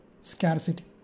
scarcity